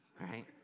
right